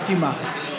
מסכימה,